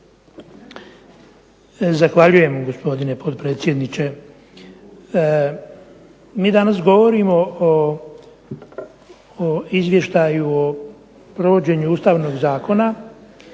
Zahvaljujem gospodine potpredsjedniče. Mi danas govorimo o Izvještaju o provođenju Ustavnog zakona,